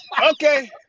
Okay